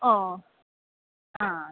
ഓ ആ